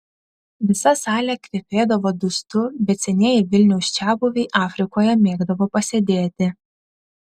visa salė kvepėdavo dustu bet senieji vilniaus čiabuviai afrikoje mėgdavo pasėdėti